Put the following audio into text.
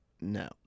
No